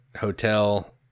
hotel